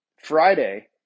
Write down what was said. friday